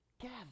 Gather